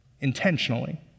intentionally